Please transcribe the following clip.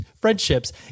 friendships